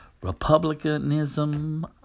Republicanism